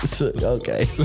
Okay